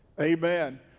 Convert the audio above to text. Amen